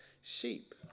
sheep